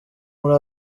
muri